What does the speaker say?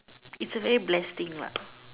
it's a very blessed thing lah